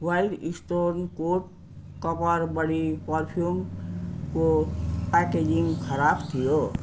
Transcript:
wild Stone Code Copper body पर्फ्युमको packaging खराब थियो